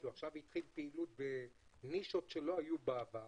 שעכשיו התחיל פעילות בנישות שלא היו בעבר.